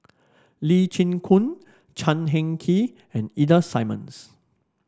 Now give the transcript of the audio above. Lee Chin Koon Chan Heng Chee and Ida Simmons